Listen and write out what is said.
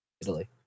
Italy